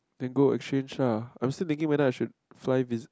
then go exchange lah I'm still thinking whether I should fly vis~